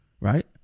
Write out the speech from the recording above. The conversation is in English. right